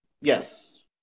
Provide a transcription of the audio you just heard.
Yes